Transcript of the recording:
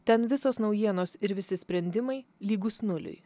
ten visos naujienos ir visi sprendimai lygūs nuliui